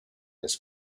this